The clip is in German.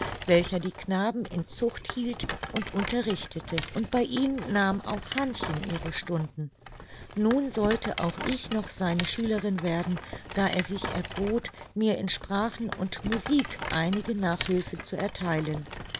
welcher die knaben in zucht hielt und unterrichtete und bei ihm nahm auch hannchen ihre stunden nun sollte auch ich noch seine schülerin werden da er sich erbot mir in sprachen und musik einige nachhülfe zu ertheilen